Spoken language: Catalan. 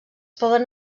poden